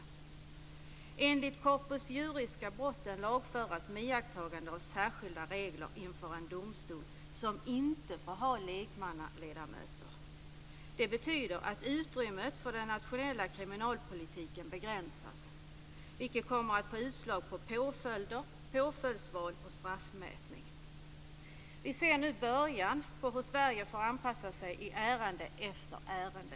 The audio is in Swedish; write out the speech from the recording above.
Enligt corpus juris ska brotten lagföras med iakttagande av särskilda regler inför en domstol som inte får ha lekmannaledamöter. Det betyder att utrymmet för den nationella kriminalpolitiken begränsas, vilket kommer att få utslag på påföljder, påföljdsval och straffmätning. Vi ser nu början på hur Sverige får anpassa sig i ärende efter ärende.